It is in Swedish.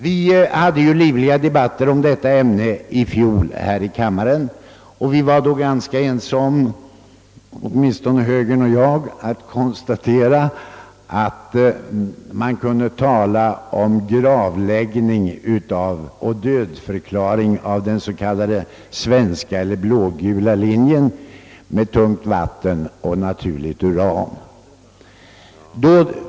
Vi hade senast i fjol här i kammaren en livlig debatt om detta ämne och vi var då ganska ense om — särskilt högern och jag — att man kunde tala om dödförklaring av den s.k. blågula linjen med tungt vatten och naturligt uran. I år bevittnar vi dess begravning.